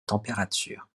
température